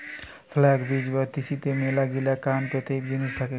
flux বীজ বা তিসিতে মেলাগিলা কান পেলেন জিনিস থাকে